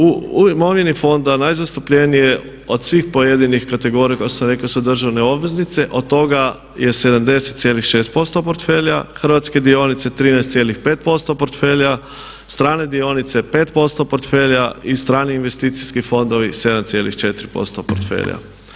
U imovini fonda najzastupljeniji je od svih pojedinih kategorija koje sam rekao su državne obveznice, od toga je 70,6% portfelja, hrvatske dionice 13,5% portfelja, strane dionice 5% portfelja i strani investicijski fondovi 7,4% portfelja.